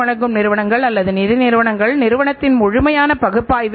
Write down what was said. மேலும் மூலப்பொருட்களை வேலை களாகவும் வேலை முறையாகவும் மாற்றினோம்